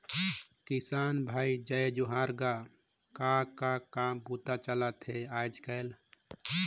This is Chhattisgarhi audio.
किसान भाई जय जोहार गा, का का काम बूता चलथे आयज़ कायल?